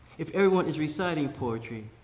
if everyone is reciting poetry,